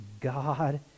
god